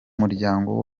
muryango